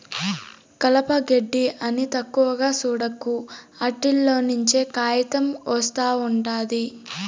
కలప, గెడ్డి అని తక్కువగా సూడకు, ఆటిల్లోంచే కాయితం ఒస్తా ఉండాది